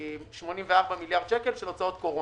84 מיליארד שקל של הוצאות קורונה.